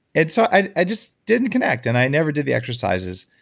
and so i i just didn't connect, and i never did the exercises.